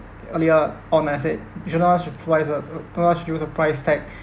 earlier on what I said you should not should apply the do not use a price tag